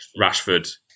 Rashford